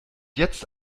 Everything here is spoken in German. jetzt